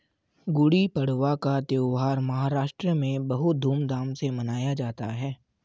गुड़ी पड़वा का त्यौहार महाराष्ट्र में बहुत धूमधाम से मनाया जाता है